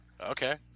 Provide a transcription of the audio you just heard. Okay